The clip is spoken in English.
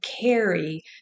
carry